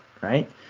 right